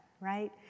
right